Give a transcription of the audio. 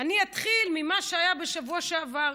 אני אתחיל ממה שהיה בשבוע שעבר.